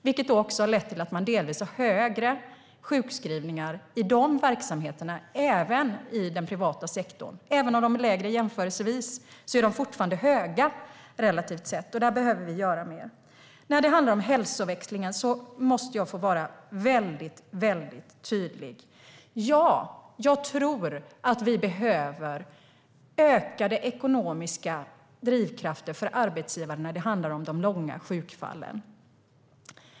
Detta har lett till att man delvis har högre sjukskrivningar i de verksamheterna, också i den privata sektorn. Även om de är lägre jämförelsevis är de fortfarande höga relativt sett, och där behöver vi göra mer. När det gäller hälsoväxlingen måste jag få vara väldigt tydlig. Ja, jag tror att vi behöver ökade ekonomiska drivkrafter för arbetsgivarna när det handlar om de långa sjukfallen.